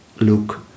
look